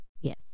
Yes